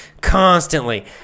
constantly